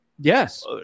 yes